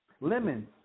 lemons